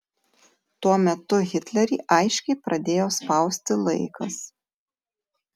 tuo metu hitlerį aiškiai pradėjo spausti laikas